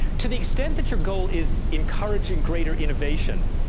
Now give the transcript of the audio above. to the extent that your goal is encouraging greater innovation,